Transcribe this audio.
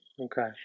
Okay